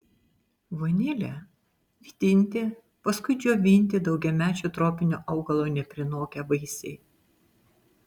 vanilė vytinti paskui džiovinti daugiamečio tropinio augalo neprinokę vaisiai